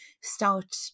start